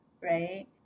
right